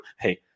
hey